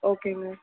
ஓகேங்க